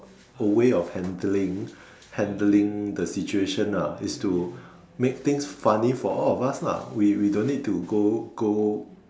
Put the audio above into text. a way of handling handling the situation ah is to make things funny for all of us lah we we don't need to go go